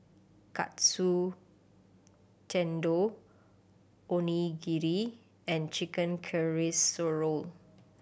Katsu Tendon Onigiri and Chicken Casserole